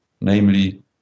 namely